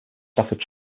stafford